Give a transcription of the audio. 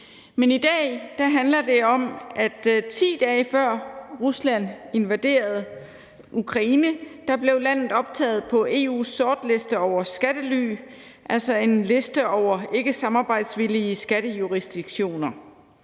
men i dag handler det om, at 10 dage før Rusland invaderede Ukraine, blev landet optaget på EU's sortliste over skattely, altså en liste over ikkesamarbejdsvillige skattejurisdiktioner.